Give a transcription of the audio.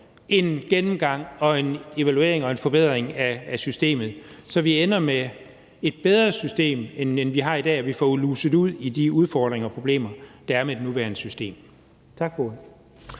en gennemgang, en evaluering og en forbedring af systemet, så vi ender med at få et bedre system, end vi har i dag, og så vi får luget ud i de udfordringer og problemer, der er med det nuværende system.